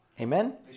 Amen